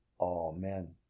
Amen